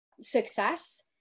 success